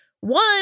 One